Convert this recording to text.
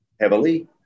heavily